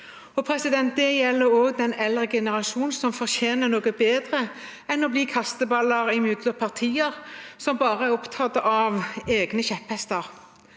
Det gjelder også den eldre generasjonen, som fortjener noe bedre enn å bli kasteballer mellom partier som bare er opptatt av egne kjepphester.